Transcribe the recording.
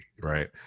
right